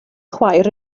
chwaer